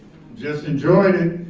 just enjoyed it.